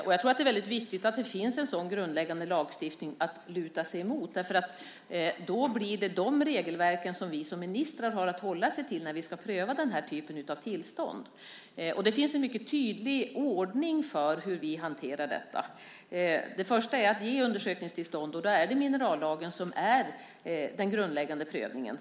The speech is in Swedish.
Jag tror att det är väldigt viktigt att det finns en sådan grundläggande lagstiftning att luta sig emot. Då blir det de regelverken som vi som ministrar har att hålla oss till när vi ska pröva den här typen av tillstånd. Det finns en mycket tydlig ordning för hur vi hanterar detta. Det första är att ge undersökningstillstånd, och då är det minerallagen som gäller för den grundläggande prövningen.